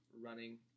running